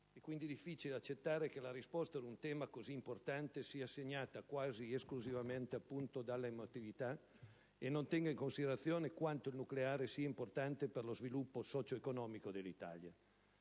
È quindi difficile accettare che la risposta ad un tema così importante sia segnata quasi esclusivamente dall'emotività e non tenga in considerazione quanto il nucleare sia importante per lo sviluppo socio-economico dell'Italia.